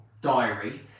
diary